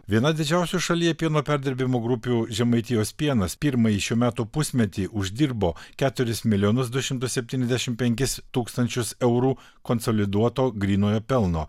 viena didžiausių šalyje pieno perdirbimo grupių žemaitijos pienas pirmąjį šių metų pusmetį uždirbo keturis milijonus du šimtus septyniasdešimt penkis tūkstančius eurų konsoliduoto grynojo pelno